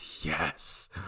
yes